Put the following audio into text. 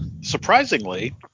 surprisingly